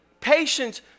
patience